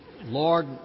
Lord